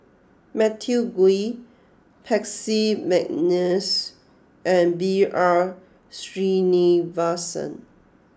Matthew Ngui Percy McNeice and B R Sreenivasan